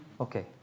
okay